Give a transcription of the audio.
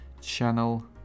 channel